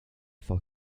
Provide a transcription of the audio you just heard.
for